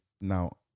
now